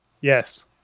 yes